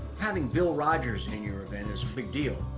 having bill rodgers in your event is a big deal,